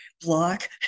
block